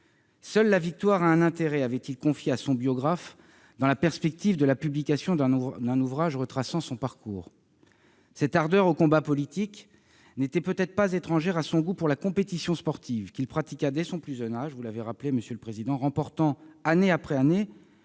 Seule la victoire a un intérêt », avait-il confié à son biographe dans la perspective de la publication d'un ouvrage retraçant son parcours. Cette ardeur au combat politique n'était peut-être pas étrangère à son goût pour la compétition sportive, qu'il pratiqua dès son plus jeune âge, remportant, année après année,